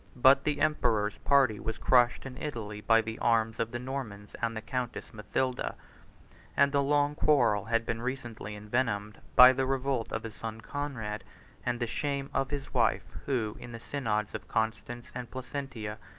but the emperor's party was crushed in italy by the arms of the normans and the countess mathilda and the long quarrel had been recently envenomed by the revolt of his son conrad and the shame of his wife, who, in the synods of constance and placentia,